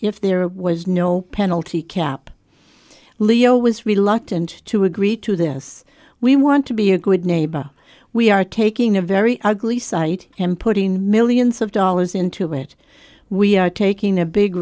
there was no penalty cap leo was reluctant to agree to this we want to be a good neighbor we are taking a very ugly sight and putting millions of dollars into it we are taking a big